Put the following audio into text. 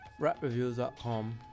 rapreviews.com